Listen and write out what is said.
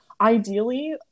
ideally